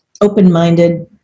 open-minded